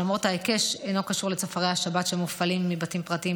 שלמרות ההיקש אינו קשור לצופרי השבת שמופעלים מבתים פרטיים,